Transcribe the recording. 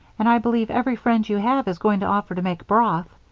and i believe every friend you have is going to offer to make broth.